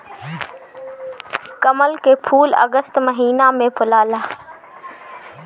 कमल के फूल अगस्त महिना में फुलाला